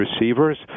receivers